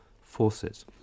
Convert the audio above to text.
forces